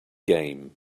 game